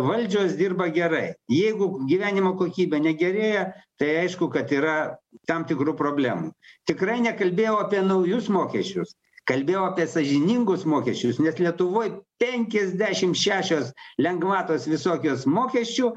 valdžios dirba gerai jeigu gyvenimo kokybė negerėja tai aišku kad yra tam tikrų problemų tikrai nekalbėjau apie naujus mokesčius kalbėjau apie sąžiningus mokesčius nes lietuvoj penkiasdešim šešios lengvatos visokios mokesčių